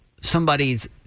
somebody's